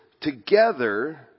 together